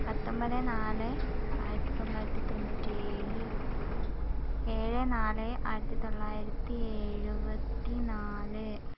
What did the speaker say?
പത്തൊമ്പത് നാല് ആയിരത്തിത്തൊള്ളായിരത്തി തൊണ്ണൂറ്റേഴ് ഏഴ് നാല് ആയിരത്തിത്തൊള്ളായിരത്തി എഴുപത്തി നാല്